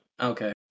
Okay